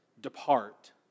depart